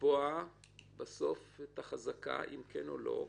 לקבוע את החזקה אם כן או לא.